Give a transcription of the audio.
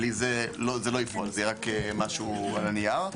בלי זה, זה לא יפעל, זה רק משהו על הנייר.